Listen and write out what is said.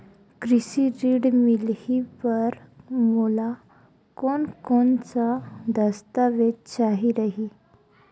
कृषि ऋण मिलही बर मोला कोन कोन स दस्तावेज चाही रही?